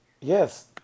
Yes